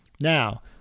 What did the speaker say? now